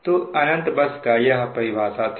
तो अनंत बस का यह परिभाषा था